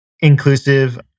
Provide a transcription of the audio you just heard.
Inclusive